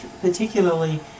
particularly